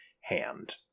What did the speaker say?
hand